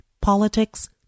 politics